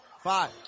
five